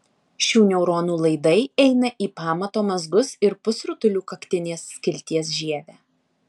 šių neuronų laidai eina į pamato mazgus ir pusrutulių kaktinės skilties žievę